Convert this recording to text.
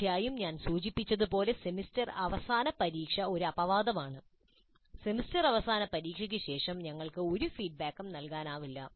തീർച്ചയായും ഞാൻ സൂചിപ്പിച്ചതുപോലെ സെമസ്റ്റർ അവസാന പരീക്ഷ ഒരു അപവാദമാണ് സെമസ്റ്റർ അവസാന പരീക്ഷയ്ക്ക് ശേഷം ഞങ്ങൾക്ക് ഒരു ഫീഡ്ബാക്കും നൽകാനാവില്ല